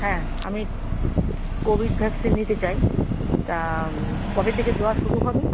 হ্যাঁ আমি COVID vaccine নিতে চাই তা কবে থেকে দেওয়া শুরু হবে